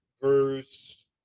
verse